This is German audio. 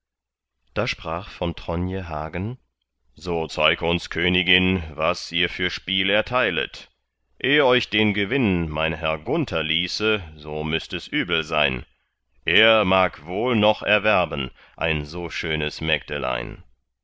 da sprach von tronje hagen so zeig uns königin was ihr für spiel erteilet eh euch den gewinn mein herr gunther ließe so müßt es übel sein er mag wohl noch erwerben ein so schönes mägdelein